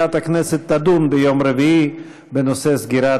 מליאת הכנסת תדון ביום רביעי בנושא סגירת